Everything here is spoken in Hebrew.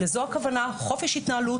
זו הכוונה חופש התנהלות.